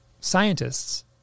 scientists